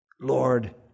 Lord